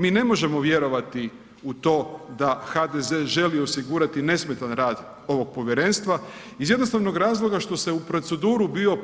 Mi ne možemo vjerovati u to da HDZ želi osigurati nesmetan rad ovog povjerenstva iz jednostavnog razloga što se u proceduru bio,